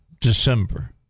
december